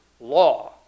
law